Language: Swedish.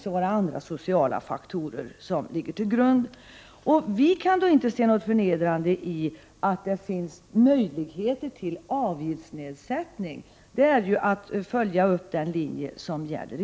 Vi kan inte se något förnedrande i att det finns möjligheter till avgiftsnedsättning. Det är att följa den linje som i dag gäller.